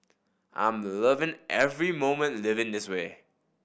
I'm loving every moment living in this way